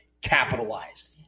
capitalized